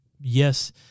yes